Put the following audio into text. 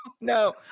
no